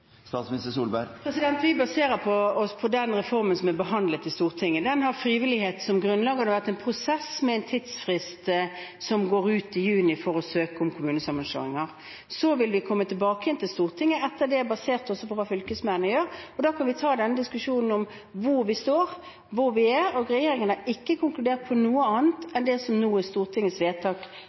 reformen som er behandlet i Stortinget. Den har frivillighet som grunnlag, og det har vært en prosess med en tidsfrist som går ut i juni for å søke om kommunesammenslåinger. Så vil vi komme tilbake igjen til Stortinget etter det, basert også på hva fylkesmennene gjør, og da kan vi ta denne diskusjonen om hvor vi står, hvor vi er. Regjeringen har ikke konkludert på noe annet enn det som nå er Stortingets vedtak